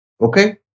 Okay